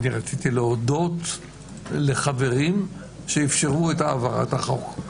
אני רציתי להודות לחברים שאפשרו את העברת החוק.